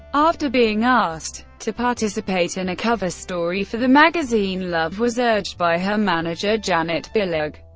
after being asked to participate in a cover story for the magazine, love was urged by her manager, janet billig,